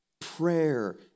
Prayer